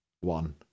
one